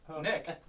nick